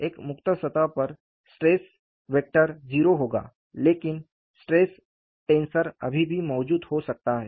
एक मुक्त सतह पर स्ट्रेस वेक्टर 0 होगा लेकिन स्ट्रेस टेंसर अभी भी मौजूद हो सकता है